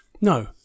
No